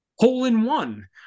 hole-in-one